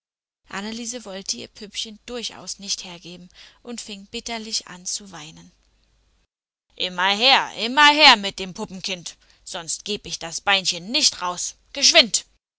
anneliese wollte ihr püppchen durchaus nicht hergeben und fing bitterlich zu weinen an immer her immer her mit dem puppenkind sonst geb ich das beinchen nicht raus geschwind